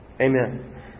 Amen